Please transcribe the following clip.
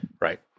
Right